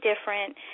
different